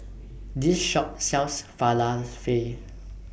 This Shop sells Falafel